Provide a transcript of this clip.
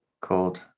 called